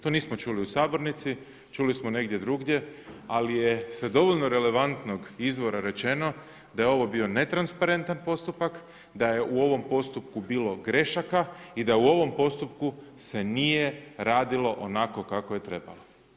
To nismo čuli u sabornici, čuli smo negdje drugdje ali je sa dovoljno relevantnog izvora rečeno da je ovo bili rečeno da je ovo bio netransparentan postupak, da je u ovom postupku bilo grešaka i da u ovom postupku se nije radilo onako kako je trebalo.